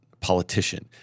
politician